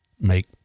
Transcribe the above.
make